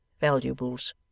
valuables